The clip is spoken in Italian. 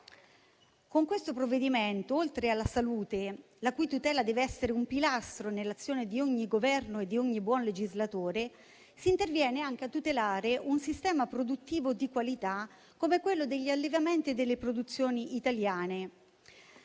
Con questo provvedimento, oltre alla salute, la cui tutela dev'essere un pilastro nell'azione di ogni governo e di ogni buon legislatore, si interviene anche a tutelare un sistema produttivo di qualità come quello degli allevamenti e delle produzioni italiani.